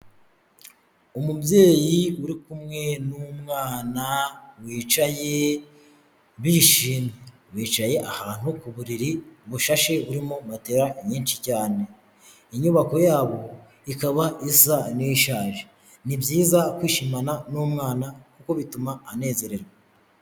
Umubyeyi uri kumwe n'umwana wicaye bishimye bicaye ahantu ku buriri bufashe burimo matela nyinshi cyane inyubako yabo ikaba isa n'ishaje ni byiza kwishimana n'umwana kuko bituma anezererwa.